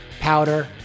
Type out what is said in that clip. powder